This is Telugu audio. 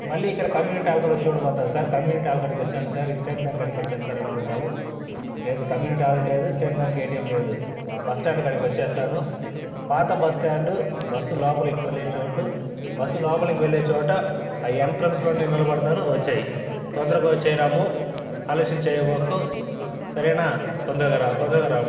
మళ్ళీ ఇక్కడ కమ్యూనిటీ హాల్ కాడ వచ్చి చూడబోతావు సార్ సార్ కమ్యూనిటీ హాల్ కాడకి వచ్చాను సార్ ఈ స్టేట్ బ్యాంక్ కాడికి వచ్చాను సార్ అనబోతావు లేదు కమ్యూనిటీ హాల్ లేదు స్టేట్ బ్యాంక్ ఏటీఎం లేదు బస్ స్టాండ్ కాడికి వచ్చేస్తాను పాత బస్ స్టాండ్ బస్సు లోపలకి వెళ్లే చోటు బస్సు లోపలకి వెళ్ళే చోట ఆ ఎంట్రెన్స్ లోనే నిలబడతాను వచ్చేయి తొందరగా వచ్చేయి రాము ఆలస్యం చేయబోకు సరేనా తొందరగా రా తొందరగా రాము